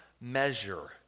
measure